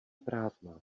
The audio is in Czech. prázdná